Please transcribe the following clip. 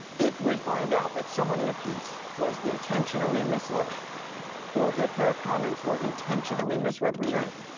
if we find out that someone in a piece was intentionally misled or if their comments were intentionally misrepresented,